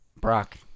Brock